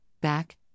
back